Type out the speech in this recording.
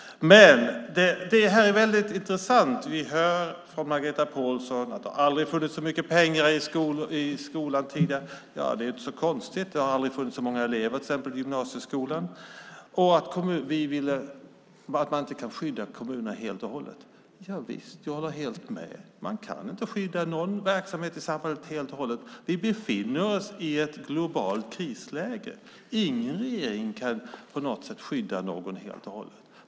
Detta är väldigt intressant. Margareta Pålsson säger att det aldrig har funnits så mycket pengar i skolan tidigare. Det är inte så konstigt. Det har aldrig funnits så många elever i till exempel gymnasieskolan. Hon säger också att man inte kan skydda kommunerna helt och hållet. Jag håller helt med om det. Man kan inte skydda någon verksamhet i samhället helt och hållet. Vi befinner oss i ett globalt krisläge. Ingen regering kan skydda någon helt och hållet.